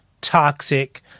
toxic